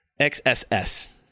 XSS